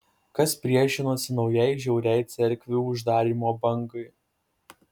kas priešinosi naujai žiauriai cerkvių uždarymo bangai